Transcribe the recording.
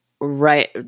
right